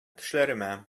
төшләремә